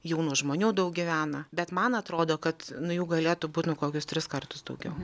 jaunų žmonių daug gyvena bet man atrodo kad nu jų galėtų būt nu kokius tris kartus daugiau